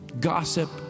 gossip